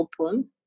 open